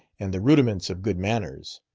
and the rudiments of good manners.